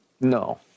No